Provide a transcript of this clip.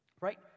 right